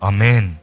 Amen